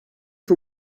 for